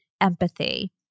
empathy